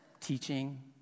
Teaching